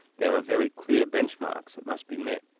there are very clear benchmarks that must be met,